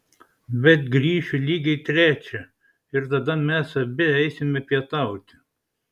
bet grįšiu lygiai trečią ir tada mes abi eisime pietauti